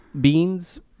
beans